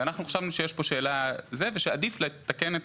אנחנו חשבנו שיש כאן שאלה ושעדיף לתקן את